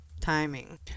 Timing